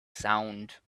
sound